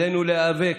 עלינו להיאבק,